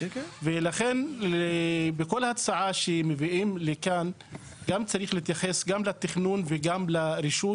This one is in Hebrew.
לכן בכל הצעה שמביאים לכאן גם צריך להתייחס לתכנון וגם לרישוי.